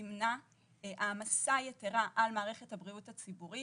תמנע העמסה יתירה על מערכת הבריאות הציבורית.